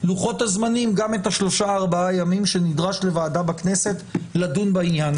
לוחות הזמנים גם את השלושה ארבעה ימים שנדרש לוועדה בכנסת לדון בעניין.